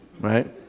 Right